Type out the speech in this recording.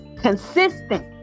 Consistent